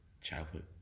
childhood